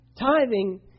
Tithing